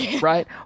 Right